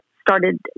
started